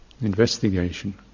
Investigation